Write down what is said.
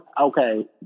Okay